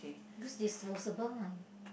use disposable lah !aiyo!